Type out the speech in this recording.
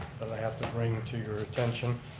that i have to bring to your attention.